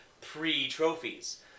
pre-trophies